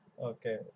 Okay